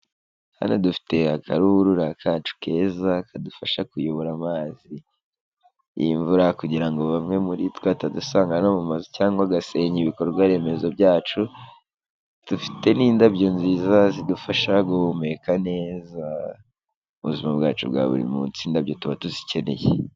Hano dufite akaruhurura kacu keza kadufasha kuyobora amazi y'imvura kugira ngo bamwe muri twe atadusanga no mu mazu cyangwa agasenya ibikorwa remezo byacu, dufite n'indabyo nziza zidufasha guhumeka neza ubuzima bwacu bwa buri munsi. Indabyo tuba tuzikeneye.